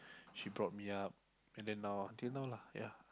she brought me up and then now until now lah ya